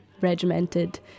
regimented